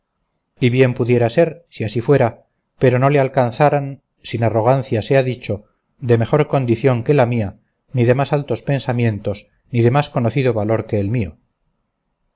y bien pudiera ser si así fuera pero no le alcanzaran sin arrogancia sea dicho de mejor condición que la mía ni de más altos pensamientos ni de más conocido valor que el mío